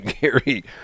Gary